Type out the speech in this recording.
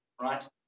right